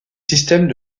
systèmes